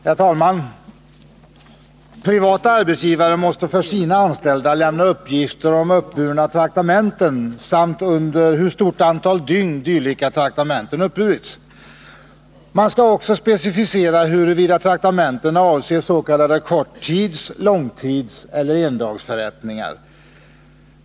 Herr talman! Privata arbetsgivare måste för sina anställda lämna uppgifter om uppburna traktamenten samt under hur stort antal dygn dylika traktamenten uppburits. Det skall också specificeras huruvida traktamentena avserss.k. korttids-, långtidseller endagsförrättningar.